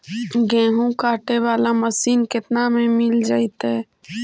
गेहूं काटे बाला मशीन केतना में मिल जइतै?